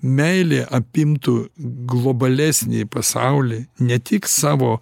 meilė apimtų globalesnį pasaulį ne tik savo